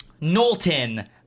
Knowlton